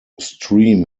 stream